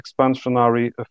expansionary